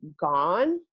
gone